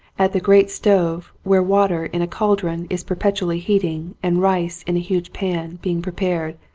at the great stove, where water in a cauldron is perpetually heating and rice in a huge pan being prepared,